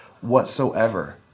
whatsoever